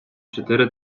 чотири